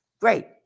Great